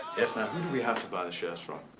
yes. now who do we have to buy the shares from?